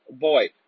boy